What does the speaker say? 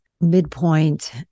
midpoint